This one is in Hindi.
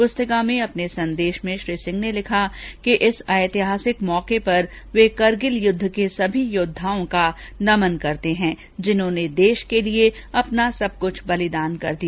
पुस्तिका में अपने संदेश में श्री सिंह ने लिखा कि इस ऐतिहासिक मौके पर वे करगिल युद्ध के सभी योद्धाओं को नमन करते हैंजिन्होंने देश के लिए अपना सब कुछ बलिदान कर दिया